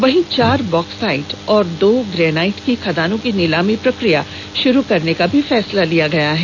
वहीं चार बॉक्साइट और दो ग्रेफाइट की खदानों की नीलामी प्रक्रिया शुरू करने का भी फैसला लिया गया है